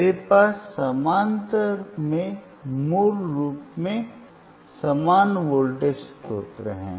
मेरे पास समानांतर में मूल रूप से समान वोल्टेज स्रोत हैं